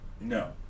no